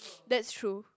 that's true